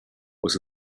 was